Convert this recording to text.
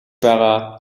байгаа